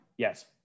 yes